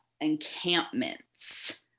encampments